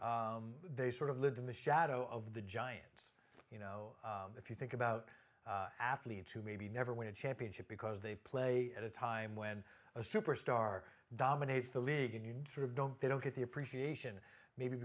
they sort of lived in the shadow of the giants you know if you think about athletes who maybe never win a championship because they play at a time when a superstar dominates the league and you sort of don't they don't get the appreciation maybe